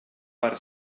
per